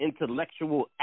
intellectual